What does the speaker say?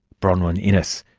bronwen innes.